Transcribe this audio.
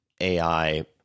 AI